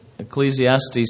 Ecclesiastes